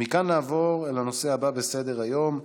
נעבור לנושא הבא בסדר-היום,